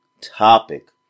topic